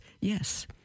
Yes